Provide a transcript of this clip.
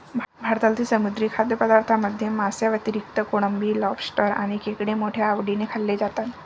भारतातील समुद्री खाद्यपदार्थांमध्ये माशांव्यतिरिक्त कोळंबी, लॉबस्टर आणि खेकडे मोठ्या आवडीने खाल्ले जातात